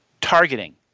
targeting